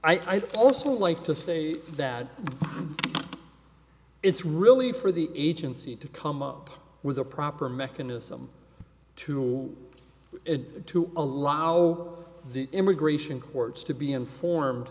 e also like to say that it's really for the agency to come up with a proper mechanism to it to allow the immigration courts to be informed